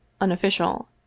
unofficial